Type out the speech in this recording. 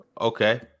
Okay